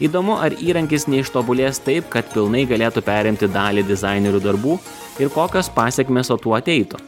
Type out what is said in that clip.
įdomu ar įrankis neištobulės taip kad pilnai galėtų perimti dalį dizainerių darbų ir kokios pasekmės su tuo ateitų